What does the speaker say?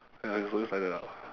ya it's always like that lah